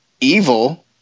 Evil